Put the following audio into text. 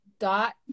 dot